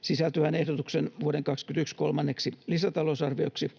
sisältyvän ehdotuksen vuoden 21 kolmanneksi lisätalousarvioksi